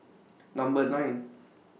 Number nine